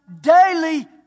daily